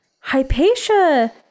Hypatia